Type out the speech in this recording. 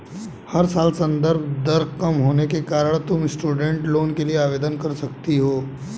इस साल संदर्भ दर कम होने के कारण तुम स्टूडेंट लोन के लिए आवेदन कर सकती हो